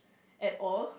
at all